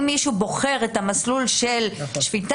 אם מישהו בוחר את המסלול של שפיטה,